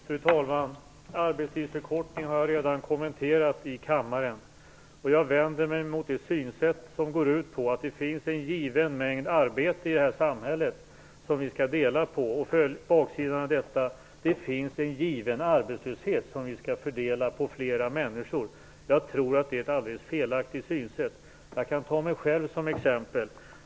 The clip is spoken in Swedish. Fru talman! Arbetstidsförkortning har jag redan kommenterat i kammaren. Jag vänder mig mot det synsätt som går ut på att det finns en given mängd arbete i samhället som vi skall dela på, och även mot baksidan av detta: att det finns en given arbetslöshet som vi skall fördela på flera människor. Jag tror att detta är ett alldeles felaktigt synsätt. Jag kan ta mig själv som exempel.